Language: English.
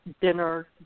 dinner